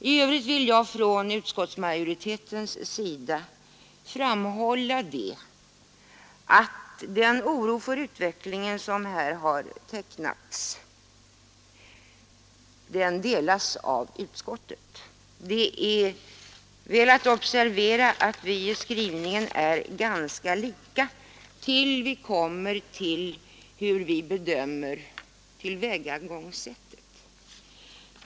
I övrigt vill jag från utskottsmajoritetens sida framhålla att den oro för utvecklingen som här har tecknats delas av utskottet. Det är att observera att utskottets och reservationens skrivning är ganska lika fram till bedömningen av tillvägagångssättet.